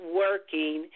working